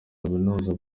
kaminuza